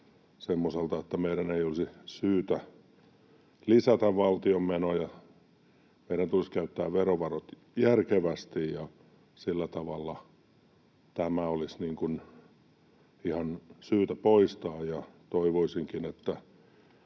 semmoiselta, että meidän ei olisi syytä lisätä valtion menoja, meidän tulisi käyttää verovarat järkevästi, ja sillä tavalla tämä olisi ihan syytä poistaa. Toivoisinkin, että